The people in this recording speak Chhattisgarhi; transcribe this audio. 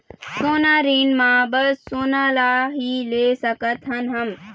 सोना ऋण मा बस सोना ला ही ले सकत हन हम?